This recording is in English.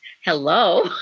Hello